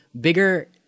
bigger